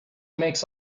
makes